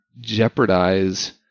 jeopardize